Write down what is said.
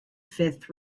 fifth